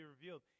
revealed